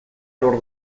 lor